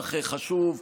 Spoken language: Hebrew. מהלך חשוב.